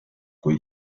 kui